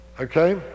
Okay